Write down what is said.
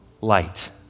light